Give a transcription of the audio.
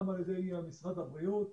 גם על-ידי משרד הבריאות.